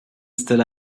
stood